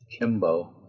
Kimbo